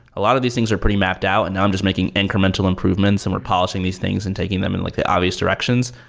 a lot of these things are pretty mapped out and now i'm just making incremental improvements and we're polishing these things and taking them in like the obvious directions.